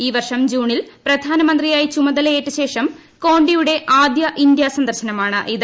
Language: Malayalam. ഈ വർഷം ജൂണിൽ പ്രധാനമന്ത്രിയായി ചുമതലയേറ്റശ്രേഷം കോണ്ടിയുടെ ആദ്യ ഇന്ത്യാ സന്ദർശനമാണിത്